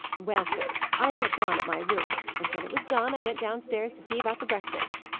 well, sir, i kept on at my room, and when it was done i went downstairs to see about the breakfast,